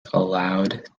allowed